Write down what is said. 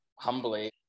humbly